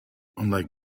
unlike